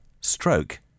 Stroke